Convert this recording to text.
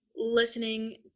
listening